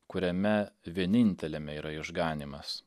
kuriame vieninteliame yra išganymas